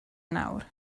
nawr